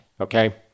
okay